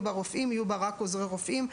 בפריפריה רופאים אלא רק עוזרי רופאים.